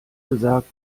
gesagt